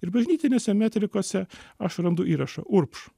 ir bažnytinėse metrikose aš randu įrašą urbš